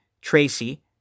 Tracy